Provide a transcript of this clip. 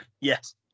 Yes